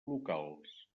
locals